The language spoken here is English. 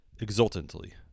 exultantly